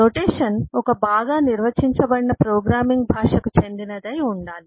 notation ఒక బాగా నిర్వచించబడిన ప్రోగ్రామింగ్ భాషకు చెందినదై ఉండాలి